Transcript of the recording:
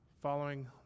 following